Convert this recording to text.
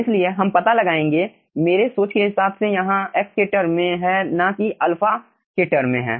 इसलिए हम पता लगाएंगे मेरे सोच के हिसाब से यहां x के टर्म में है ना कि α के टर्म में है